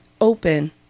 open